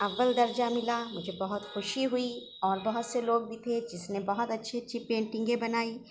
اول درجہ ملا مجھے بہت خوشی ہوئی اور بہت سے لوگ بھی تھے جس نے بہت اچھی اچھی پینٹگیں بنائی